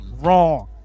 wrong